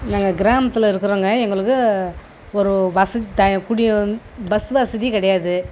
நாங்கள் கிராமத்தில் இருக்கிறோங்க எங்களுக்கு ஒரு வச த குடி பஸ் வசதி கிடையாது